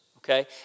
Okay